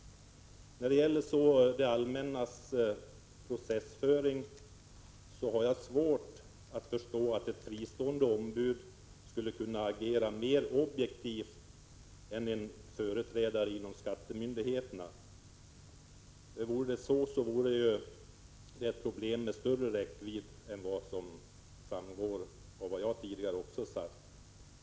När det gäller det allmännas processföring har jag svårt att förstå att ett fristående ombud skulle kunna agera mer objektivt än en företrädare för skattemyndigheten. Vore det så, vore det ett problem med större räckvidd än som framgår av vad jag tidigare sade.